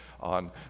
on